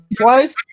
Twice